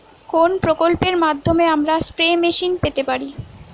কোন প্রকল্পের মাধ্যমে আমরা স্প্রে মেশিন পেতে পারি?